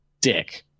dick